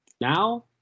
Now